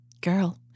girl